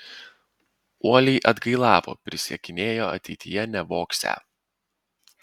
uoliai atgailavo prisiekinėjo ateityje nevogsią